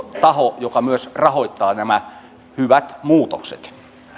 taho joka myös rahoittaa nämä hyvät muutokset